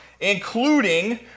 including